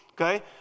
okay